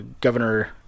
Governor